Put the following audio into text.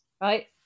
Right